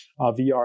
VR